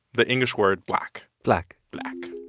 the english word black black black.